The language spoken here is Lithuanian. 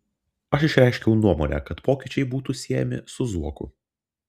aš išreiškiau nuomonę kad pokyčiai būtų siejami su zuoku